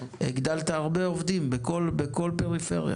הגדלת הרבה עובדים בכל פריפריה.